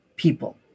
People